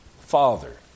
Father